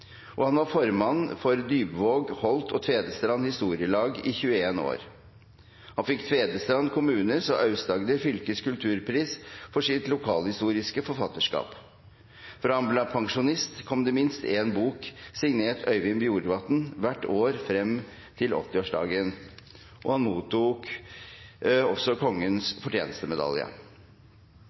og han var formann for Dypvåg, Holt og Tvedestrand Historielag i 21 år. Han fikk Tvedestrand kommunes og Aust-Agder fylkes kulturpris for sitt lokalhistoriske forfatterskap. Fra han ble pensjonist, kom det minst én bok signert Øyvind Bjorvatn hvert år frem til 80-årsdagen. Han mottok også